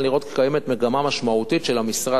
לראות שקיימת מגמה משמעותית של המשרד,